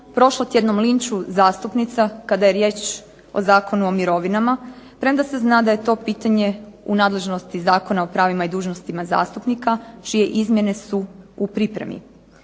prošlotjednom linču zastupnica kad je riječ o Zakonu o mirovinama, premda se zna da je to pitanje u nadležnosti Zakona o pravima i dužnostima zastupnika čije izmjene su u pripremi.